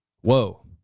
Whoa